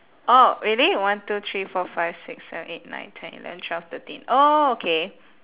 orh really one two three four five six seven eight nine ten eleven twelve thirteen oh okay